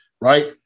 right